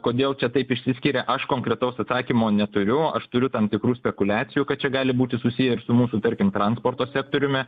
kodėl čia taip išsiskiria aš konkretaus atsakymo neturiu aš turiu tam tikrų spekuliacijų kad čia gali būti susiję ir su mūsų tarkim transporto sektoriumi